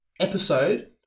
episode